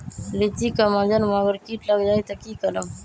लिचि क मजर म अगर किट लग जाई त की करब?